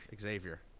Xavier